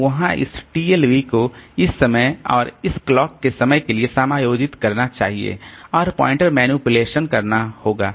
तो वहाँ इस TLB को इस समय और इस घड़ी के समय के लिए समायोजित करना चाहिए और प्वाइंटर मैनिपुलेशन करना होगा